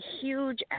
huge